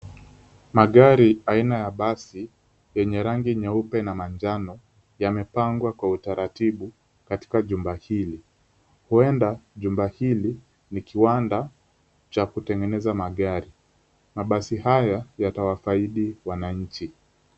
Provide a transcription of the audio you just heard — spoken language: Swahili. Magari aina ya basi yenye rangi nyeupe na manjano yamepangwa kwa utaratibu katika jumba hili. Huenda jumba hili ni kiwanda cha kutengeneza magari. Mabasi haya yatawafaidi wananchi.